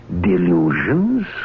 delusions